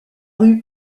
rue